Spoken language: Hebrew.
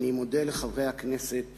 אני מודה לחברי הכנסת